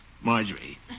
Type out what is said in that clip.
Marjorie